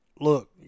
look